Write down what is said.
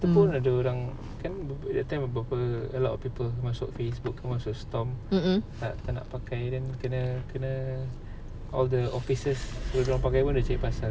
mm mm